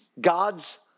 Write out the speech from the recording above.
God's